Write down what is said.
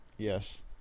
Yes